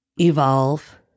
evolve